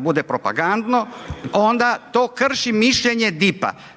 bude propagandno ona to krši mišljenje DIP-a,